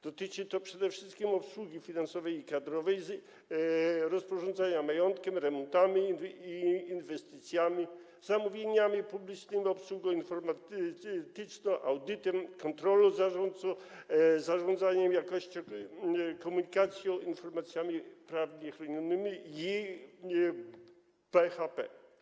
Dotyczy to przede wszystkim obsługi finansowej i kadrowej, rozporządzania majątkiem, remontami i inwestycjami, zamówieniami publicznymi, obsługą informatyczną, audytem, kontrolą, zarządzaniem jakością, komunikacją, informacjami prawnie chronionymi i BHP.